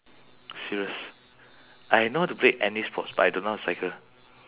serious I know how to play any sports but I don't know how to cycle